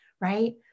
Right